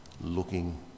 looking